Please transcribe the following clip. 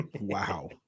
Wow